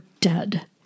dead